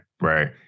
Right